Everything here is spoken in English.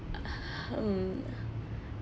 um